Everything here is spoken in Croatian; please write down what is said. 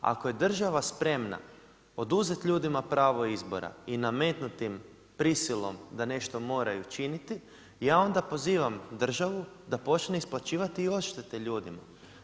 Ako je država spremna oduzeti ljudima pravo izbora i nametnuti im prisilom da nešto moraju činiti, ja onda pozivam državu da počne isplaćivati i odštete ljudima.